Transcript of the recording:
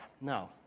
No